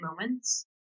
moments